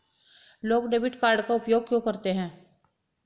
लोग debit card का उपयोग क्यों करते हैं?